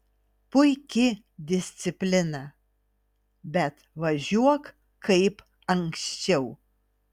puiki disciplina bet važiuok kaip anksčiau